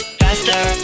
faster